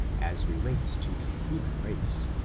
as relates to the human race.